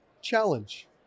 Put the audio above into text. challenge